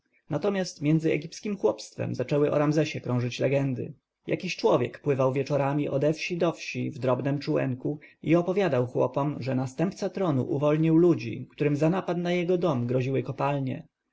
natomiast między egipskiem chłopstwem zaczęły o ramzesie krążyć legendy jakiś człowiek pływał wieczorami ode wsi do wsi w drobnem czółenku i opowiadał chłopom że następca tronu uwolnił ludzi którym za napad na jego dom groziły kopalnie